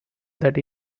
that